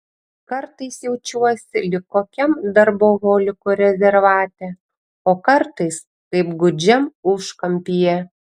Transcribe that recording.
kartais jaučiuosi lyg kokiam darboholikų rezervate o kartais kaip gūdžiam užkampyje